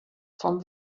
from